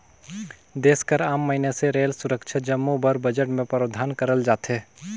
देस कर आम मइनसे रेल, सुरक्छा जम्मो बर बजट में प्रावधान करल जाथे